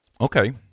Okay